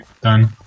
done